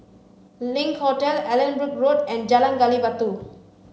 Link Hotel Allanbrooke Road and Jalan Gali Batu